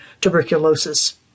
tuberculosis